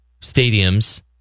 stadiums